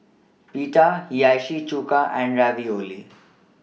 Pita Hiyashi Chuka and Ravioli